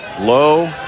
Low